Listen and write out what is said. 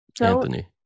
Anthony